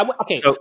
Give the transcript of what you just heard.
Okay